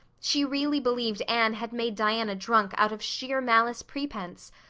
she really believed anne had made diana drunk out of sheer malice prepense,